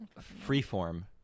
Freeform